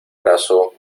brazo